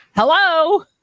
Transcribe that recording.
hello